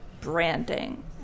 branding